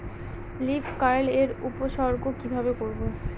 Leaf curl এর উপসর্গ কিভাবে করব?